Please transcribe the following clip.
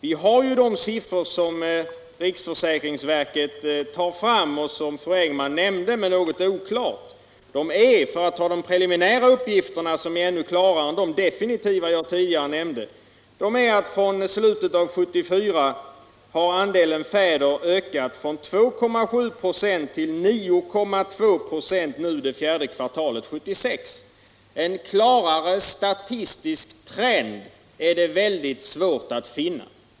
Vi har ju siffror, som riksförsäkringsverket tar fram och som fröken Engman nämnde, om än något oklart. Enligt de preliminära uppgifterna — som är ännu klarare än de definitiva, jag tidigare nämnde — har från slutet av 1974 andelen fäder som tagit ut föräldrapenning ökat från 2,7 96 till 9,2 96 under fjärde kvartalet 1976. — Nr 133 En klarare statistisk trend är det mycket svårt att finna.